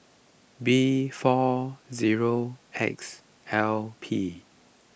B four zero X L P